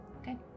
Okay